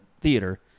theater